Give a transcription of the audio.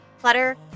Clutter